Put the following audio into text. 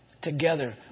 together